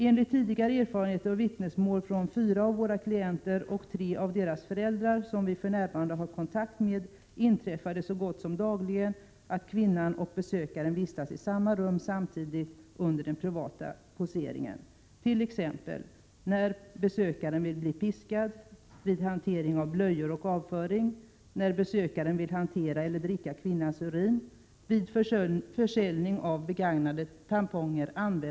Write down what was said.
Enligt tidigare erfarenheter och vittnesmål från fyra av våra klienter och tre av deras föräldrar som vi för närvarande har kontakt med inträffar det så gott som dagligen att kvinnan och besökaren vistas i samma rum samtidigt under den privata poseringen, t.ex. " När besökaren vill hantera eller dricka kvinnans urin.